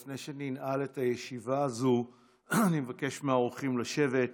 לפני שאני אנעל את הישיבה הזו אני מבקש מהאורחים לשבת.